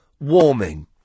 warming